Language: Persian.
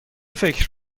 فکر